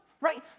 right